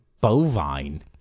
bovine